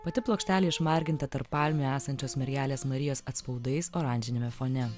pati plokštelė išmarginta tarp palmių esančios mergelės marijos atspaudais oranžiniame fone